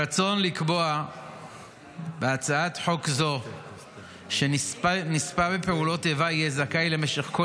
הרצון הוא לקבוע בהצעת חוק זו שנספה בפעולות איבה יהיה זכאי למשך כל